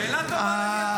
שאלה טובה, למי אתה מקריא.